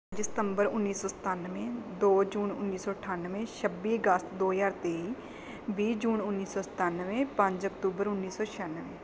ਜੀ ਸਤੰਬਰ ਉੱਨੀ ਸੌ ਸਤਾਨਵੇਂ ਦੋ ਜੂਨ ਉੱਨੀ ਸੌ ਅਠਾਨਵੇਂ ਛੱਬੀ ਅਗਸਤ ਦੋ ਹਜ਼ਾਰ ਤੇਈ ਵੀਹ ਜੂਨ ਉੱਨੀ ਸੌ ਸਤਾਨਵੇਂ ਪੰਜ ਅਕਤੂਬਰ ਉੱਨੀ ਸੌ ਛਿਆਨਵੇਂ